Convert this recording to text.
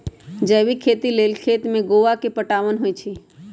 जैविक खेती लेल खेत में गोआ के पटाओंन होई छै